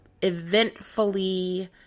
eventfully